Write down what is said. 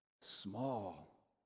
small